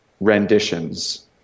renditions